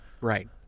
Right